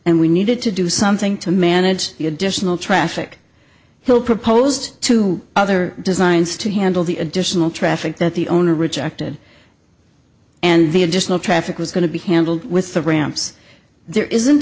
and we needed to do something to manage the additional traffic hill proposed to other designs to handle the additional traffic that the owner rejected and the additional traffic was going to be handled with the ramps there isn't